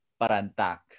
Parantak